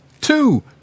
two